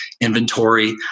inventory